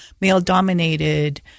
male-dominated